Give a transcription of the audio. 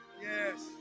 Yes